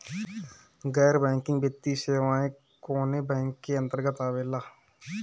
गैर बैंकिंग वित्तीय सेवाएं कोने बैंक के अन्तरगत आवेअला?